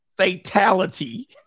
Fatality